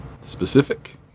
Specific